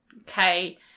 okay